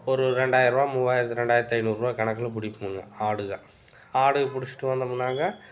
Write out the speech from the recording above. ஒரு ரெண்டாயிர்ரூவா மூவாயரத் ரெண்டாயிரத்து ஐநூறுபா கணக்கில் பிடிப்போமுங்க ஆடுகள் ஆடுகள் பிடிச்சிட்டு வந்தமுன்னாங்க